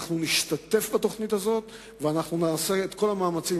נשתתף בתוכנית הזאת ונעשה את כל המאמצים